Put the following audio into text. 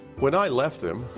when i left them,